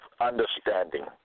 understanding